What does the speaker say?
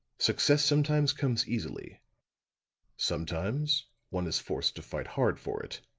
success sometimes comes easily sometimes one is forced to fight hard for it.